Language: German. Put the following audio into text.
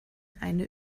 eine